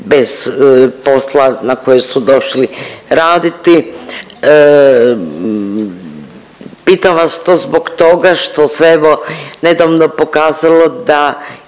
bez posla na koji su došli raditi. Pitam vas to zbog toga što se evo nedavno pokazalo da